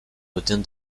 within